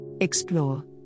Explore